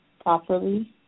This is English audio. properly